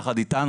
יחד איתנו,